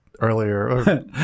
earlier